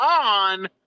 on